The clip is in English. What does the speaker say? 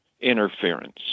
interference